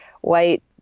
white